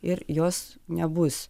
ir jos nebus